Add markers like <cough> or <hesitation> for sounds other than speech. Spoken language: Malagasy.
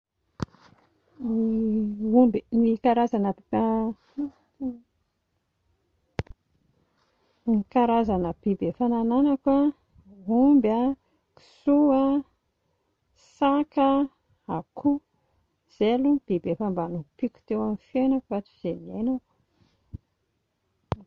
Ny omby, ny karazana, <hesitation> ny karazana biby efa nananako a, omby a, kisoa a, saka a, akoho. Izay aloha ny biby efa mba nompiako teo amin'ny fiainako hatrizay niainako